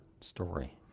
story